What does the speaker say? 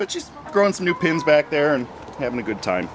but she's grown some new pins back there and having a good time